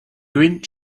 green